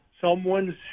someone's